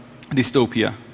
dystopia